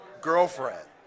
girlfriend